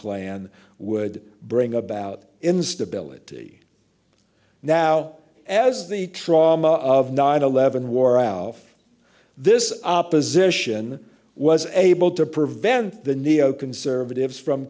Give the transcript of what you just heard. plan would bring about instability now as the trauma of nine eleven wore out this opposition was able to prevent the neo conservatives from